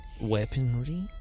weaponry